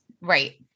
Right